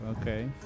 okay